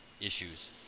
issues